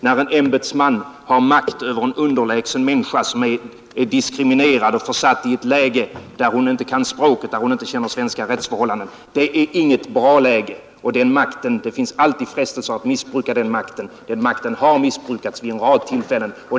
När en ämbetsman har makt över en underlägsen, diskriminerad människa som är försatt i ett läge där hon inte kan språket och inte känner till svenska rättsförhållanden, så är det inte bra, ty då finns det alltid frestelser att missbruka makten. Och den har missbrukats vid en rad tillfällen.